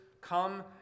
come